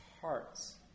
hearts